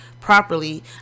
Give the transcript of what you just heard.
properly